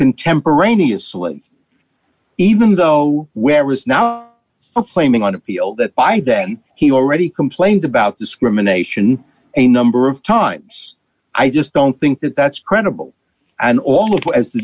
contemporaneously even though where is now claiming on appeal that by then he already complained about discrimination a number of times i just don't think that that's credible and all is well as the